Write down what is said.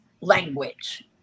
language